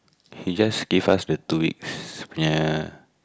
he just give us the two weeks ya